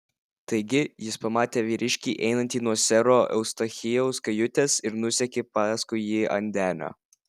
taigi jis pamatė vyriškį einantį nuo sero eustachijaus kajutės ir nusekė paskui jį ant denio